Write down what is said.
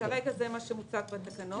כרגע זה מה שמוצג בתקנות.